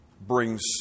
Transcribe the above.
brings